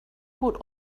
would